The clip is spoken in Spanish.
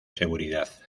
seguridad